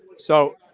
so,